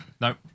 No